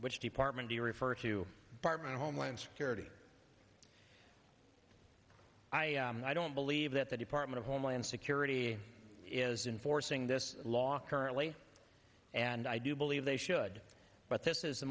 which department to refer to part of homeland security i don't believe that the department of homeland security isn't forcing this law currently and i do believe they should but this is the